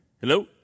Hello